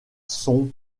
sont